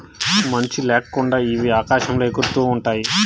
మంచి ల్యాకుండా ఇవి ఆకాశంలో ఎగురుతూ ఉంటాయి